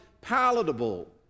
palatable